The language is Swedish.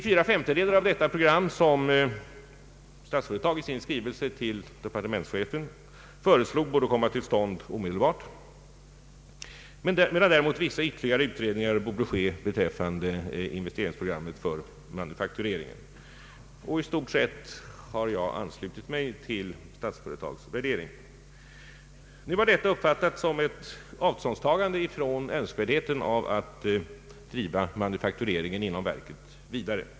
Fyra femtedelar av detta program föreslogs av Statsföretag AB i skrivelse till departementschefen böra komma = till stånd omedelbart, medan däremot vissa ytterligare utredningar borde ske beträffande investeringsprogrammet för manufaktureringen. I stort sett har jag anslutit mig till Statsföretag AB:s värdering. Nu har detta uppfattats som ett avståndstagande från önskvärdheten av att driva manufaktureringen inom verket vidare.